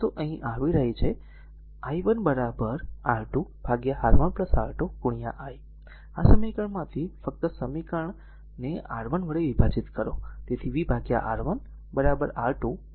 આ જ વસ્તુ અહીં આવી રહી છેi1 R2 R1 R2 I આ સમીકરણમાંથી ફક્ત આ સમીકરણને R1 વડે વિભાજીત કરો